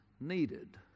needed